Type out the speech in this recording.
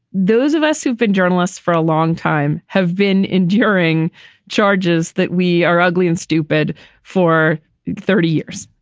those of us who've been journalists for a long time have been enduring charges that we are ugly and stupid for thirty years.